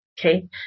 Okay